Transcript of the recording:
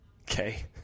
Okay